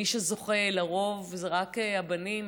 מי שזוכה לרוב זה רק הבנים,